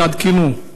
התעדכנו.